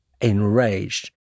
enraged